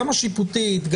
גם השיפוטית,